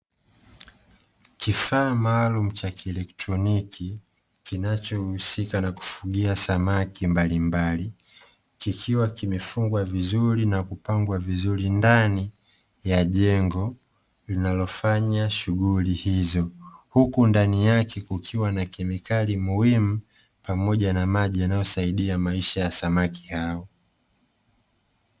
Kifaa maalum cha kielektroniki, kinachohusika na kufugia samaki mbalimbali, kikiwa kimefungwa vuizuri na kupangwa vizuri ndani ya jengo linalofanya shughuli hizo, huku ndani yake kukiwa na kemikali muhimu, pamoja na maji yanayosaidia maisha ya samaki hao.